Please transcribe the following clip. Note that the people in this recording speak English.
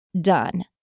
done